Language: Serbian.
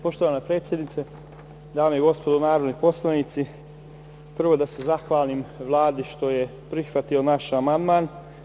Poštovana predsednice, dame i gospodo narodni poslanici, prvo da se zahvalim Vladi što je prihvatila naš amandman.